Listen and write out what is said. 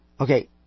Okay